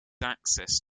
access